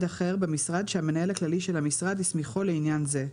אחר במשרד שהמנהל הכללי של המשרד הסמיכו לעניין זה,